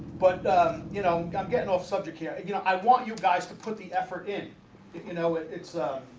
but you know i'm getting off subject here. you know i want you guys to put the effort in you know. it's a